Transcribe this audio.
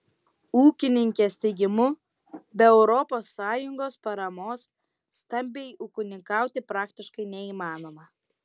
ūkininkės teigimu be europos sąjungos paramos stambiai ūkininkauti praktiškai neįmanoma